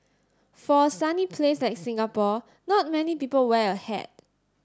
for a sunny place like Singapore not many people wear a hat